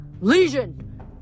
Legion